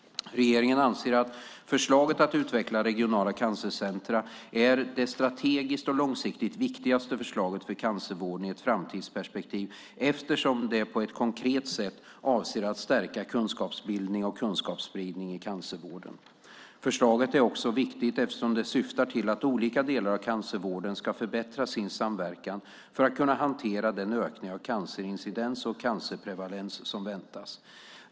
Regeringen anser att förslaget att utveckla regionala cancercentrum är det strategiskt och långsiktigt viktigaste förslaget för cancervården i ett framtidsperspektiv, eftersom det på ett konkret sätt avser att stärka kunskapsbildning och kunskapsspridning i cancervården. Förslaget är också viktigt eftersom det syftar till att olika delar av cancervården ska förbättra sin samverkan för att kunna hantera den ökning av cancerincidens och cancerprevalens som väntas.